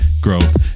growth